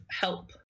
help